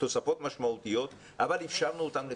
תוספות משמעותיות אבל אפשרנו אותן לכולם.